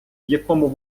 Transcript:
якому